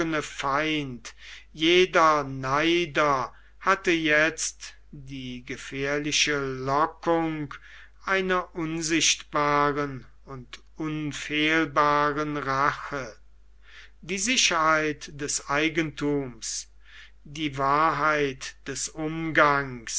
feind jeder neider hatte jetzt die gefährliche lockung einer unsichtbaren und unfehlbaren rache die sicherheit des eigentums die wahrheit des umgangs